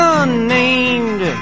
unnamed